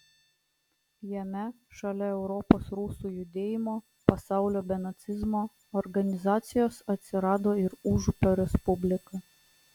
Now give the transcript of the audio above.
jame šalia europos rusų judėjimo pasaulio be nacizmo organizacijos atsirado ir užupio respublika